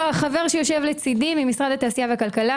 החבר שיושב לצידי ממשרד התעשייה והכלכלה